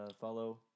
Follow